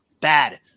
bad